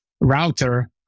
router